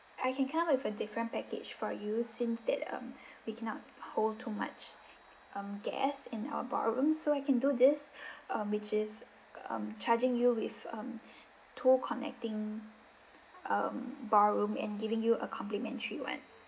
I can come with a different package for you since that um we cannot hold too much um guests in our ballrooms so I can do this um which is um charging you with um two connecting um ballroom and giving you a complimentary [one]